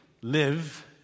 live